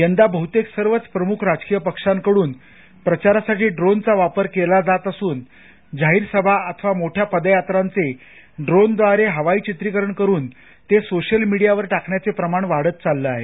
यदा बहतेक सर्वच प्रमुख राजकीय पक्षांकडुन प्रघारासाठी ड्रोनचा वापर केला जात असून जाहीर सभा अथवा मोठ्या पदयात्रांचे ड्रोन द्वारे हवाई चित्रीकरण करून ते सोशल मीडियावर टाकण्याचे प्रमाण वाढत चालले आहे